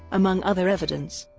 among other evidence.